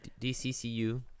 DCCU